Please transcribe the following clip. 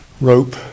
rope